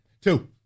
Two